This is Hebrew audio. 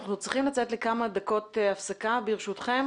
אנחנו צריכים לצאת לכמה דקות הפסקה ברשותכם.